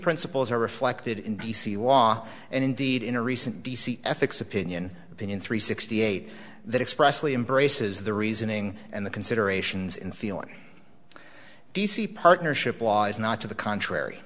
principles are reflected in d c law and indeed in a recent d c ethics opinion opinion three sixty eight that expressly embraces the reasoning and the considerations in feeling d c partnership law is not to the contrary